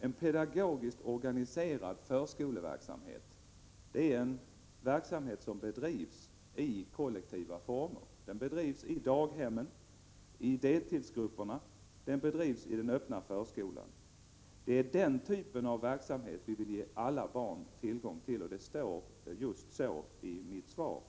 En pedagogiskt organiserad förskoleverksamhet är en verksamhet som bedrivs i kollektiva former. Den bedrivs i daghemmen, i deltidsgrupperna och i den öppna förskolan. Det är den typen av verksamhet som vi vill ge alla barn tillgång till, och det står just så i mitt svar.